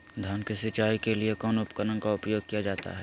धान की सिंचाई के लिए कौन उपकरण का उपयोग किया जाता है?